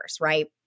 right